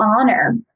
honor